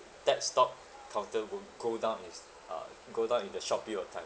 that stock counter would go down is uh go down in the short period of time